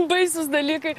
baisūs dalykai